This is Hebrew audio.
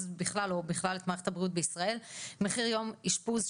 בכלל ובכלל את מערכת הבריאות בישראל ואחרי יום אשפוז,